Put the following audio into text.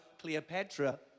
Cleopatra